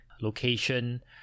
location